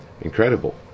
incredible